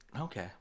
Okay